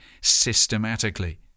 systematically